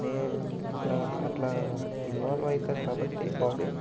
నేను ఇట్లా అట్లా ఇన్వాల్వ్ అవుతారు కాబట్టి బాడీ